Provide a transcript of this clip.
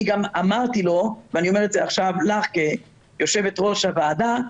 אמרתי לו ואני אומר את זה לך כיושבת-ראש הוועדה,